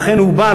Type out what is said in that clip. אכן הוא בא,